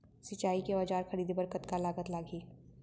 सिंचाई के औजार खरीदे बर कतका लागत लागही?